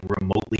remotely